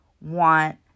want